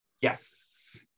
Yes